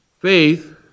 Faith